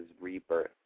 rebirth